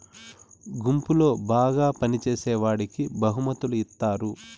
గుంపులో బాగా పని చేసేవాడికి బహుమతులు ఇత్తారు